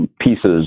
pieces